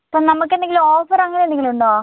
അപ്പം നമുക്ക് എന്തെങ്കിലും ഓഫർ അങ്ങനെ എന്തെങ്കിലും ഉണ്ടോ